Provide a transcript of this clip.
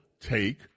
take